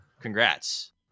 congrats